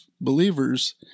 believers